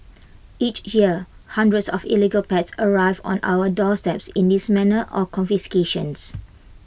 each year hundreds of illegal pets arrive on our doorstep in this manner or confiscations